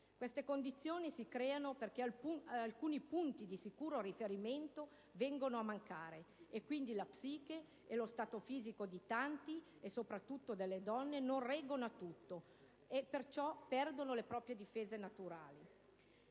Queste condizioni si creano perché alcuni punti di sicuro riferimento vengono a mancare e quindi la psiche e lo stato fisico di tanti, e soprattutto delle donne, non reggono a tutto e perciò perdono le proprie difese naturali.